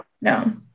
No